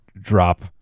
drop